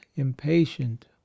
impatient